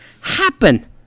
happen